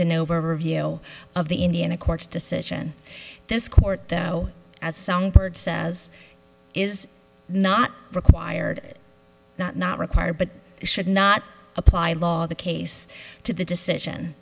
yale of the indiana court's decision this court though as songbird says is not required not not required but should not apply law the case to the decision